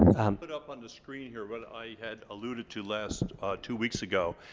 and put up on the screen here what i had alluded to last two weeks ago.